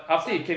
so